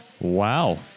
Wow